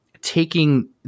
taking